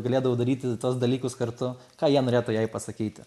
galėdavau daryti tuos dalykus kartu ką jie norėtų jai pasakyti